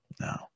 No